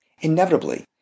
Inevitably